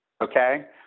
Okay